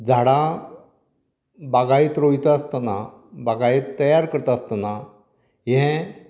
झाडां बागायत रोयता आसतना बागायत तयार करता आसतना हें